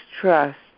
trust